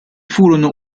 furono